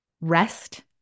rest